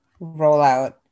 rollout